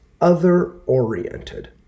other-oriented